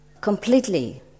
completely